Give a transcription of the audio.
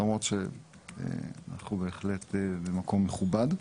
למרות שאנחנו בהחלט במקום מכובד.